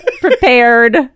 prepared